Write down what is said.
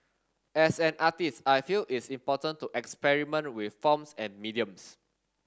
as an artist I feel it's important to experiment with forms and mediums